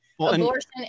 Abortion